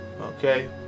okay